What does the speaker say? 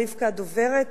רבקה הדוברת,